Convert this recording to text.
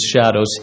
shadows